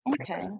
Okay